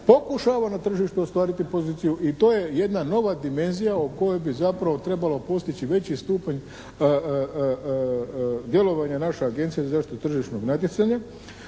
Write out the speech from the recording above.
pokušava na tržištu ostvariti poziciju. I to je jedna nova dimenzija o kojoj bi zapravo trebalo postići veći stupanj djelovanja naše Agencije za zaštitu tržišnog natjecanja.